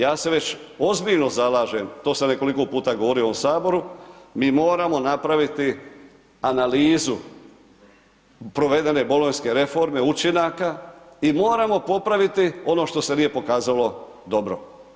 Ja se već ozbiljno zalažem, to sam nekoliko puta govorio u ovom Saboru, mi moramo napraviti analizu provedene bolonjske reforme učinaka i moramo popraviti ono što se nije pokazalo dobro.